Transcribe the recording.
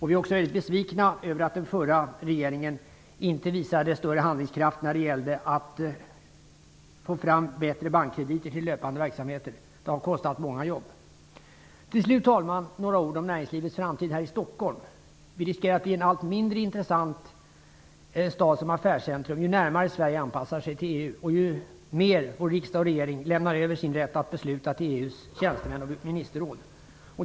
Vi är också besvikna över att den förra regeringen inte visade större handlingskraft när det gällde att få fram bättre bankkrediter till löpande verksamheter. Det har kostat många jobb. Till slut, talman, några ord om näringslivets framtid här i Stockholm. Staden riskerar att bli allt mindre intressant som affärscentrum ju närmare Sverige anpassar sig till EU och ju mer vår riksdag och regering lämnar över sin rätt att besluta till EU:s tjänstemän och ministerråd.